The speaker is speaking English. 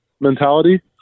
mentality